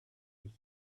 his